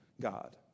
God